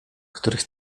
których